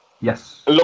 Yes